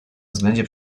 względzie